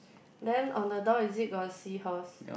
then on the door is it got seahorse